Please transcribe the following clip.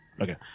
Okay